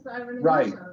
Right